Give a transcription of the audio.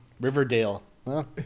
Riverdale